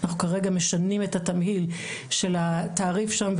אנחנו כרגע משנים את התמהיל של התעריף שם,